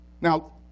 Now